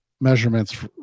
measurements